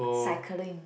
cycling